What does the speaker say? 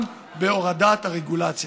גם בהורדת הרגולציה.